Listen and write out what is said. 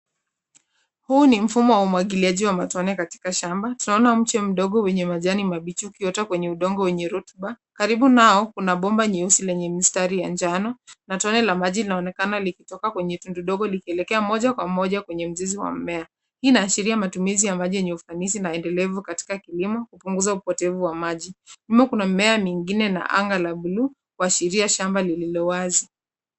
Huu ni mfumo wa umwagiliaji wa matone katika shamba. Tunaona mche mdogo wenye majani mabichi ukiota kwenye udongo wenye rotuba. Karibu nao, kuna bomba nyeusi lenye mistari ya njano na tone la maji linaonekana likitoka kwenye tundu dogo likielekea moja kwa moja kwenye mzizi wa mmea. Hii inaashiria matumizi ya maji in ufanisi na endelevu katika kilimo kupunguza upotevu wa maji. Nyuma kuna mimea mingine na anga la blue kuashiria shamba lililo wazi.